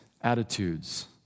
attitudes